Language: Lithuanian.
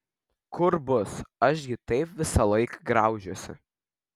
kur bus aš gi taip visąlaik graužiuosi